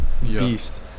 beast